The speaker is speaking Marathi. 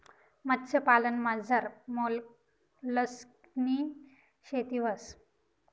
मत्स्यपालनमझार मोलस्कनी शेती व्हस